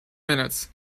minutes